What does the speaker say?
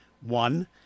one